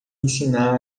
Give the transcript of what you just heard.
ensinar